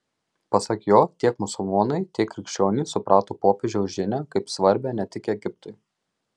pasak jo tiek musulmonai tiek krikščionys suprato popiežiaus žinią kaip svarbią ne tik egiptui